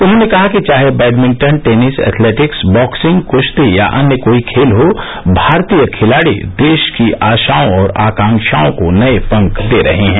उन्होंने कहा कि चाहे बैडमिंटनटेनिस एथलेटिक्स बॉक्सिंग कुश्ती या अन्य कोई भी खेल हो भारतीय खिलाड़ी देश की आशाओं और आकांक्षाओं को नये पंख दे रहे हैं